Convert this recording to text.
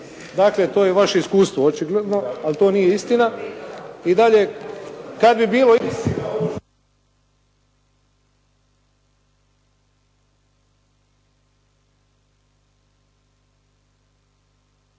Dakle, to je vaše iskustvo očigledno, ali to nije istina.